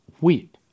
wheat